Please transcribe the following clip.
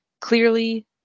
clearly